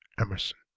Emerson